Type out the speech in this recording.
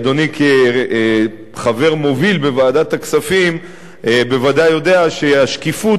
אדוני כחבר מוביל בוועדת הכספים ודאי יודע שהשקיפות